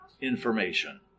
information